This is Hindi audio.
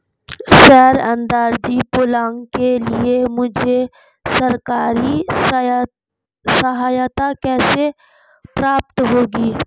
सौर ऊर्जा प्लांट के लिए मुझे सरकारी सहायता कैसे प्राप्त होगी?